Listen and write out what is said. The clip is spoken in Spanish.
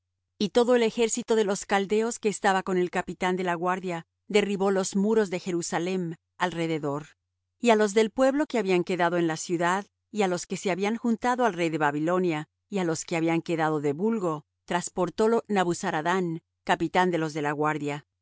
y todo el ejército de los caldeos que estaba con el capitán de la guardia derribó los muros de jerusalem alrededor y á los del pueblo que habían quedado en la ciudad y á los que se habían juntado al rey de babilonia y á los que habían quedado del vulgo trasportólo nabuzaradán capitán de los de la guardia